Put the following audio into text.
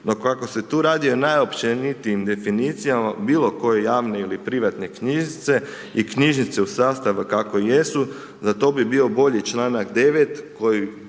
no kako se tu radi o najopćenitijim definicijama bilokoje javne ili privatne knjižnice i knjižnice u sastavu kako jesu, za to bi bio bolji članak 9. koji